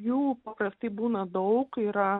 jų paprastai būna daug yra